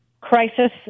crisis